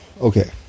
okay